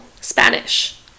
Spanish